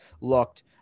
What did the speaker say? looked